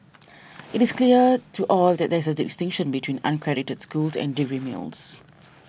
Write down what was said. it is clear to all that there is a distinction between unaccredited schools and degree mills